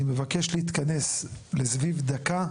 אני מבקש להתכנס לדקה,